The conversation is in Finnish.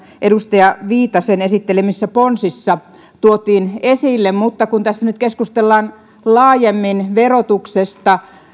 edustaja viitasen esittelemissä ponsissa tuotiin esille mutta kun tässä nyt keskustellaan laajemmin verotuksesta